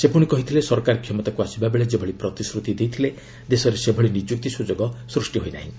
ସେ ପୁଣି କହିଥିଲେ ସରକାର କ୍ଷମତାକୁ ଆସିବାବେଳେ ଯେଭଳି ପ୍ରତିଶ୍ରତି ଦେଇଥିଲେ ଦେଶରେ ସେଭଳି ନିଯୁକ୍ତି ସୁଯୋଗ ସୃଷ୍ଟି ହୋଇନାହିଁ